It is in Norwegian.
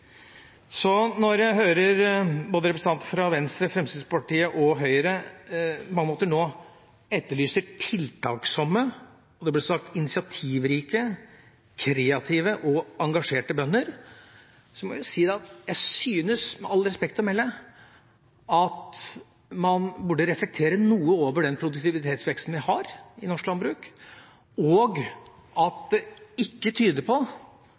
Så når jeg hører representanter fra både Venstre, Fremskrittspartiet og Høyre nå etterlyse tiltaksomme, og det ble sagt initiativrike, kreative og engasjerte, bønder, må jeg si at jeg syns med respekt å melde at man burde reflektere noe over den produktivitetsveksten vi har i norsk landbruk, og at det ikke tyder på